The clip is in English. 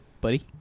buddy